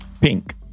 pink